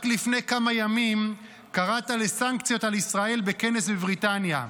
רק לפני כמה ימים קראת לסנקציות על ישראל בכנס בבריטניה.